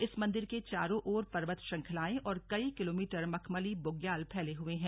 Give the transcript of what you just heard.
इस मंदिर के चारों ओर पर्वत श्रंखलाएं और कई किलोमीटर मखमली बुग्याल फैले हुए हैं